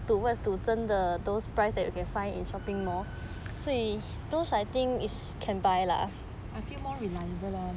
I feel more reliable loh